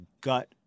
gut